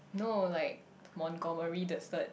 no like Mongomery the third